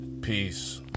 Peace